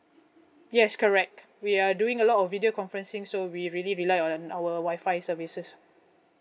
yes correct we are doing a lot of video conferencing so we really rely on our Wi-Fi services